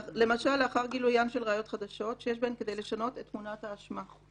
למשל לאחר גילוין של ראיות חדשות שיש בהן כדי לשנות את תמונת האשמה.